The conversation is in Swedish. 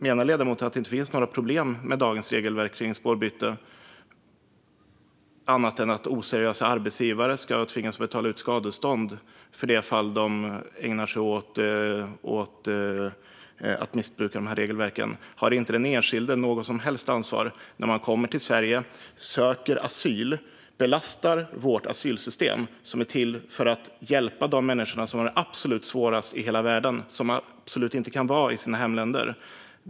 Menar ledamoten då att det inte finns några problem med dagens regelverk om spårbyte, annat än att oseriösa arbetsgivare ska tvingas betala ut skadestånd för de fall där de missbrukar regelverken? Har inte den enskilde något som helst ansvar? Man kommer till Sverige, söker asyl och belastar vårt asylsystem som är till för att hjälpa de människor som har det absolut svårast i hela världen och som inte kan vara kvar i sina hemländer.